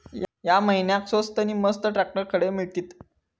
या महिन्याक स्वस्त नी मस्त ट्रॅक्टर खडे मिळतीत?